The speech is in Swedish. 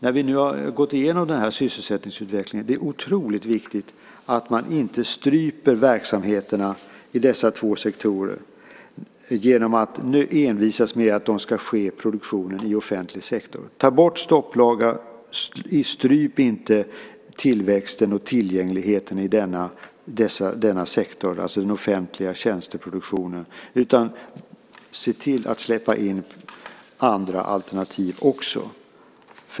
När vi nu har gått igenom denna sysselsättningsutveckling tycker jag att det är otroligt viktigt att man inte stryper verksamheterna i dessa två sektorer genom att envisas med att produktionen ska ske i offentlig sektor. Ta bort stopplagar och stryp inte tillväxten och tillgängligheten i denna sektor, alltså den offentliga tjänsteproduktionen, utan se till att släppa in andra alternativ också.